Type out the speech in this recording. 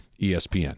ESPN